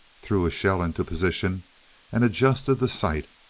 threw a shell into position and adjusted the sight.